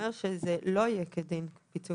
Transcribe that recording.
המשמעות של זה היא שזה לא יהיה כדין פיצוי